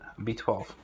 B12